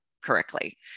correctly